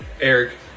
Eric